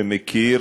שמכיר